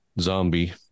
zombie